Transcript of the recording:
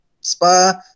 spa